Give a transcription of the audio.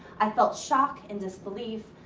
i felt shock and disbelief.